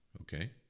Okay